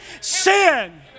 sin